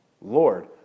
Lord